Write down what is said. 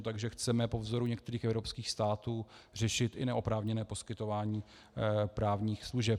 Takže chceme po vzoru některých evropských států řešit i neoprávněné poskytování právních služeb.